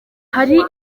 hari